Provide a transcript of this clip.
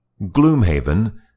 Gloomhaven